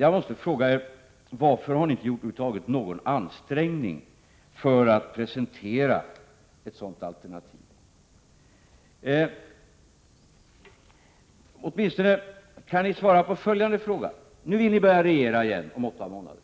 Jag måste fråga er varför ni över huvud taget inte har gjort någon ansträngning för att presentera ett sådant alternativ. Kan ni svara på åtminstone följande fråga. Nu vill ni börja regera igen om åtta månader.